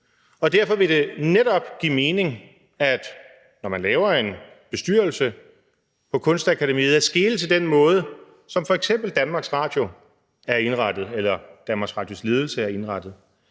derfor vil det netop give mening, når man laver en bestyrelse på Kunstakademiet, at skele til den måde, som f.eks. Danmarks Radios ledelse er indrettet